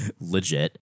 Legit